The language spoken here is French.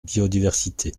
biodiversité